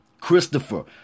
Christopher